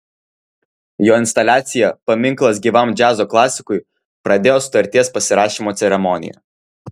jo instaliacija paminklas gyvam džiazo klasikui pradėjo sutarties pasirašymo ceremoniją